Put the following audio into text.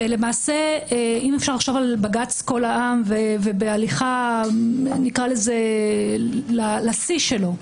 אם אפשר לחשוב על בג"ץ קול העם ובהליכה לשיא שלו,